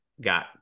got